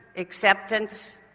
acceptance,